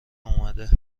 اومده